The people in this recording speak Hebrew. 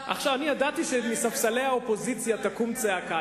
ידעתי שמספסלי האופוזיציה תקום צעקה,